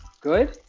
good